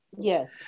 Yes